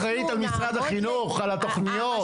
אחראית על משרד החינוך, על התוכניות?